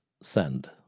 send